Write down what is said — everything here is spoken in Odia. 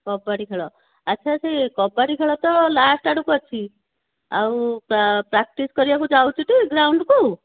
କବାଡ଼ି ଖେଳ ଆଚ୍ଛା ସେ କବାଡ଼ି ଖେଳ ତ ଲାଷ୍ଟ୍ ଆଡ଼କୁ ଅଛି ଆଉ ପ୍ରାକ୍ଟିସ୍ କରିବାକୁ ଯାଉଛୁ ଟି ଗ୍ରାଉଣ୍ଡ୍କୁ